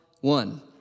one